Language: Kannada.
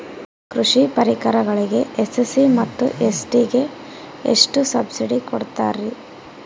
ಕೃಷಿ ಪರಿಕರಗಳಿಗೆ ಎಸ್.ಸಿ ಮತ್ತು ಎಸ್.ಟಿ ಗೆ ಎಷ್ಟು ಸಬ್ಸಿಡಿ ಕೊಡುತ್ತಾರ್ರಿ?